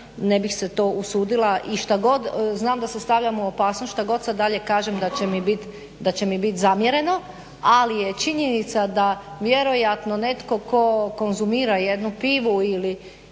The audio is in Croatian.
Ne bih se to usudila. I šta god, znam da se stavljam u opasnost. Šta god sad dalje kažem da će mi bit zamjereno, ali je činjenica da vjerojatno netko tko konzumira jednu pivu ili